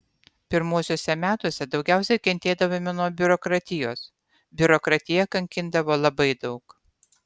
pirmuosiuose metuose daugiausiai kentėdavome nuo biurokratijos biurokratija kankindavo labai daug